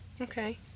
Okay